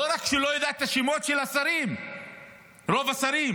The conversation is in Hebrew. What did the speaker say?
לא רק שאני לא יודע את השמות של רוב השרים,